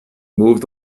moved